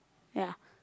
ya